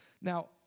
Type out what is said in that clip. Now